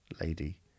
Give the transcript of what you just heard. lady